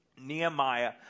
Nehemiah